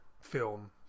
film